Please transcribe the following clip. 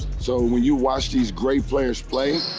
so when you watch these great players play,